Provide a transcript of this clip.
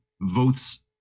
votes